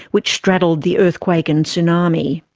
which straddled the earthquake and tsunami.